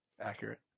Accurate